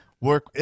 work